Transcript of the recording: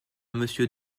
monsieur